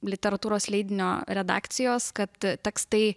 literatūros leidinio redakcijos kad tekstai